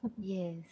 yes